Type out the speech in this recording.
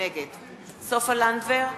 נגד סופה לנדבר,